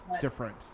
different